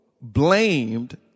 blamed